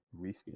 reskin